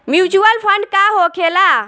Mutual fund का होखेला?